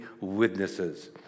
witnesses